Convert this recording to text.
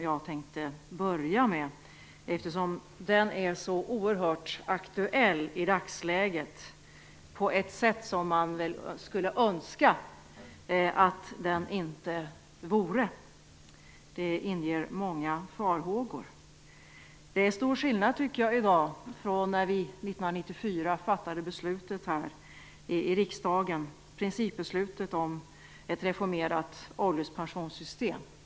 Jag tänkte börja med den eftersom den är så oerhört aktuell i dagsläget på ett sätt som man skulle önska att den inte vore. Det inger många farhågor. Det är stor skillnad mellan i dag och 1994, då vi fattade principbeslutet om ett reformerat ålderspensionssystem i riksdagen.